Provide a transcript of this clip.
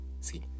see